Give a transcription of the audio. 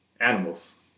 animals